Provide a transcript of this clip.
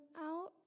out